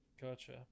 Gotcha